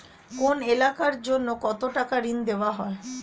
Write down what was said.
কোন এলাকার জন্য কত টাকা ঋণ দেয়া হয়?